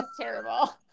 terrible